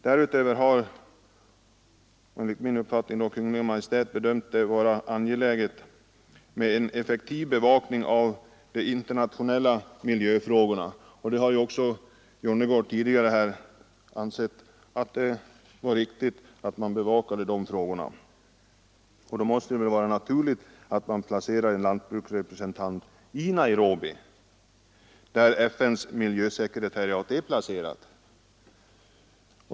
Därutöver har Kungl. Maj:t enligt min uppfattning bedömt det vara angeläget med en effektiv bevakning av de internationella miljöfrågorna — herr Jonnergård har också tidigare framhållit det riktiga i att man bevakade de frågorna — och då måste det vara naturligt att man placerar en lantbruksrepresentant i Nairobi, där FN:s miljösekretariat är placerat.